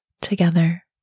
together